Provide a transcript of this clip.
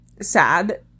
sad